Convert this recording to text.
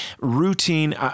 routine